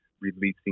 releasing